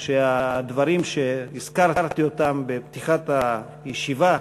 את הדברים שהזכרתי בפתיחת הישיבה,